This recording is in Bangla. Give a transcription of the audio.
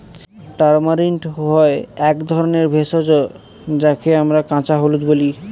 তামারিন্ড হয় এক ধরনের ভেষজ যাকে আমরা কাঁচা হলুদ বলি